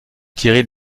tirer